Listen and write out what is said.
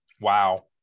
wow